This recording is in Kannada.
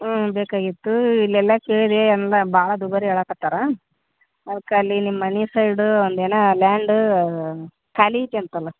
ಹ್ಞೂ ಬೇಕಾಗಿತ್ತು ಇಲ್ಲೆಲ್ಲ ಕೇಳಿದೆ ಎಲ್ಲ ಭಾಳ ದುಬಾರಿ ಹೇಳೋಕೆ ಹತ್ತಾರ ಅದ್ಕೆ ಅಲ್ಲಿ ನಿಮ್ಮ ಮನೆ ಸೈಡ ಒಂದು ಏನು ಲ್ಯಾಂಡ್ ಖಾಲಿ ಇದೆಯಂತಲ್ಲ